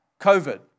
COVID